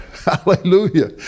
Hallelujah